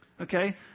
okay